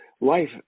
life